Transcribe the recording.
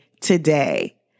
today